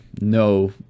no